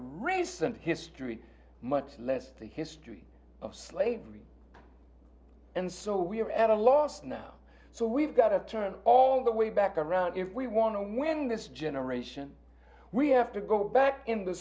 recent history much less the history of slavery and so we're at a loss now so we've got to turn all the way back around if we want to when this generation we have to go back in the